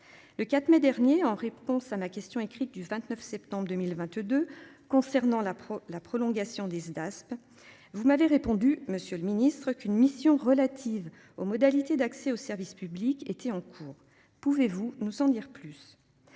Le 4 mai dernier, en réponse à ma question écrite du 29 septembre 2022. Concernant la pro, la prolongation des oeufs d'Aspe. Vous m'avez répondu, Monsieur le Ministre qu'une mission relative aux modalités d'accès aux services publics étaient en cours. Pouvez-vous nous en dire plus.